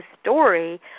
story